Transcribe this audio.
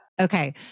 Okay